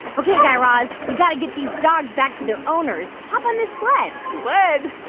ok, guy raz, we've got to get these dogs back to their owners. hop on this sled sled?